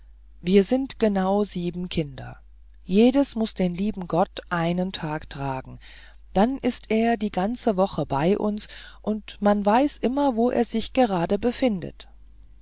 wir sind genau sieben kinder jedes muß den lieben gott einen tag tragen dann ist er die ganze woche bei uns und man weiß immer wo er sich gerade befindet